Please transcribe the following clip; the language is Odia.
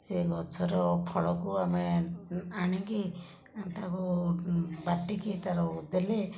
ସେ ଗଛର ଫଳକୁ ଆମେ ଆଣିକି ତାକୁ ବାଟିକି ତା'ର ଦେଲେ